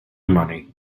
money